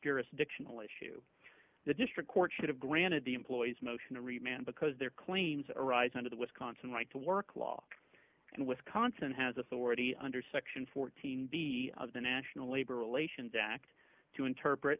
jurisdictional issue the district court should have granted the employee's motion to remain because their claims arise under the wisconsin like to work law and wisconsin has authority under section fourteen b of the national labor relations act to interpret